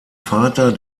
vater